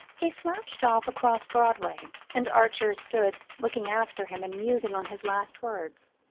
he slouched off across broadway, and archer stood looking after him and musing on his last words.